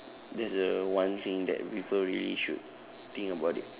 that's the one thing that people really should think about it